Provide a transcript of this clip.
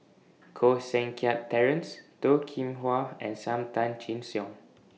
Koh Seng Kiat Terence Toh Kim Hwa and SAM Tan Chin Siong